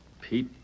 Pete